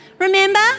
Remember